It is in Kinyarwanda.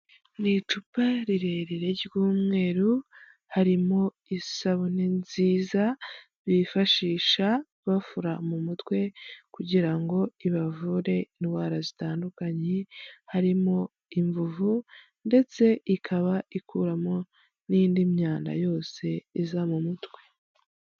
Ni icupa rirerire ry'umweru, harimo isabune nziza bifashisha bafura mu mutwe kugira ngo ibavure indwara zitandukanye harimo imvuvu ndetse ikaba ikuramo n'indi myanda yose iza mu mutwe.